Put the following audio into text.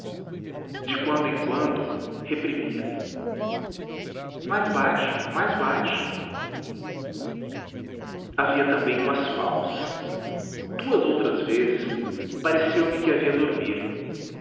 de quando em quando reprimia me mais baixo mais baixo havia também umas pausas duas outras vezes pareceu-me que a via dormir